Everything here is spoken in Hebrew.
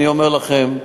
אני אומר לכם,